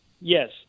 Yes